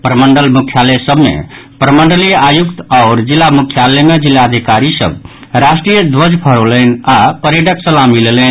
प्रमंडल मुख्यालय सभ मे प्रमंडलीय आयुक्त आओर जिला मुख्यालय मे जिलाधिकारी सभ राष्ट्रीय ध्वज फहरौलनि आ परेडक सलामी लेलनि